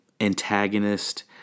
antagonist